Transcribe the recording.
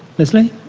lesley?